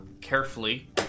carefully